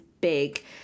big